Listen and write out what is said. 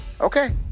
okay